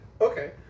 Okay